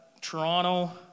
Toronto